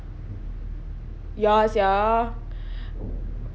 ya sia